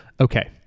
Okay